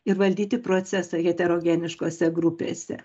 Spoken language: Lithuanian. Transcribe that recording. ir valdyti procesą heterogeniškose grupėse